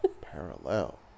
Parallel